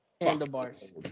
Handlebars